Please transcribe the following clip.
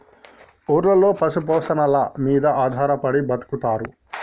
ఊర్లలో పశు పోషణల మీద ఆధారపడి బతుకుతారు